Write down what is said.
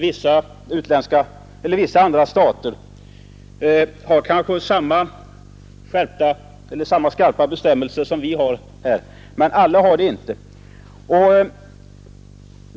Vissa andra stater har kanske lika skarpa bestämmelser som vi har, men inte alla.